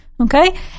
Okay